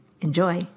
Enjoy